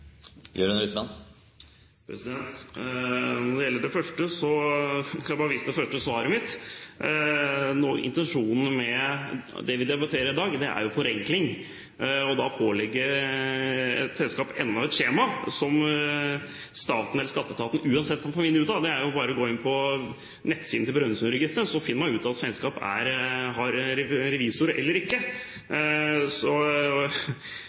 på NUF-ene. Når det gjelder det første spørsmålet, kan jeg bare vise til det første svaret mitt. Intensjonen med det vi debatterer i dag, er jo forenkling. Da må vi ikke pålegge et selskap enda et skjema, for staten eller Skatteetaten uansett kan finne ut av det. Det er bare å gå inn på nettsidene til Brønnøysundregistrene, så finner man ut om et selskap har revisor eller ikke.